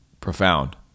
profound